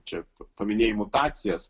čia paminėjai mutacijas